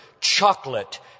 chocolate